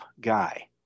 guy